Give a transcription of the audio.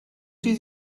did